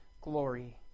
glory